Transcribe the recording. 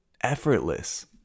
effortless